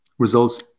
results